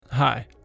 Hi